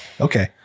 Okay